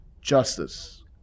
justice